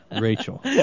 rachel